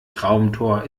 traumtor